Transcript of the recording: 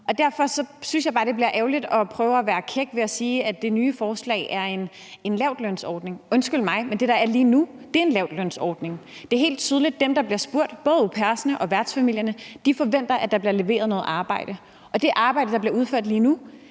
at man prøver at være kæk ved at sige, at det nye forslag er en lavtlønsordning. Undskyld mig, men det, der er lige nu, er en lavtlønsordning. Det er helt tydeligt, at dem, der bliver spurgt, både au pairerne og værtsfamilierne, forventer, at der bliver leveret noget arbejde, og det arbejde, der bliver udført lige nu,